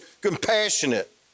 compassionate